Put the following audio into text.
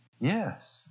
Yes